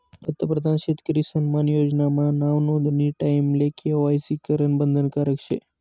पंतप्रधान शेतकरी सन्मान योजना मा नाव नोंदानी टाईमले के.वाय.सी करनं बंधनकारक शे